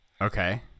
Okay